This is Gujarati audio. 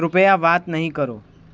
કૃપયા વાત નહીં કરો